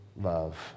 love